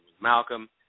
Malcolm